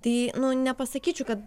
tai nu nepasakyčiau kad